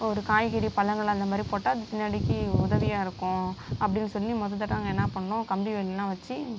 ஒரு காய்கறி பழங்கள் அந்த மாதிரி போட்டால் பின்னாடிக்கி உதவியாக இருக்கும் அப்படின்னு சொல்லி முத தடவை நாங்கள் என்ன பண்ணோம் கம்பி வேலிலாம் வச்சு